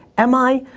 am i?